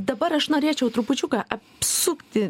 dabar aš norėčiau trupučiuką apsukti